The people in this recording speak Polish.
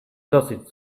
dosyć